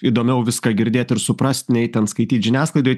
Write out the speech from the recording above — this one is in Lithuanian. įdomiau viską girdėt ir suprast nei ten skaityt žiniasklaidoj